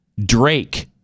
Drake